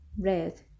Red